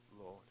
Lord